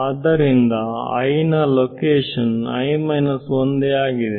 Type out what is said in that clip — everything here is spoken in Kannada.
ಆದ್ದರಿಂದ ನ ಲೊಕೇಶನ್ ಒಂದ ಆಗಿದೆ